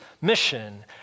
mission